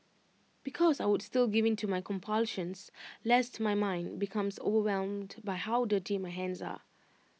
because I would still give in to my compulsions lest my mind becomes overwhelmed by how dirty my hands are